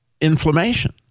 inflammation